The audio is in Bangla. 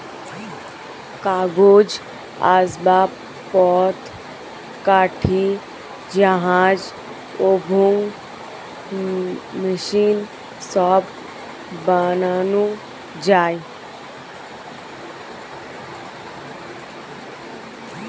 কাগজ, আসবাবপত্র, কাঠি, জাহাজ এবং মেশিন সব বানানো যায়